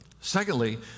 Secondly